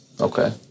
Okay